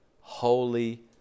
holy